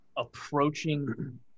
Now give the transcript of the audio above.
approaching